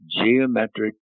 geometric